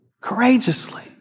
courageously